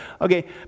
Okay